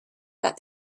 that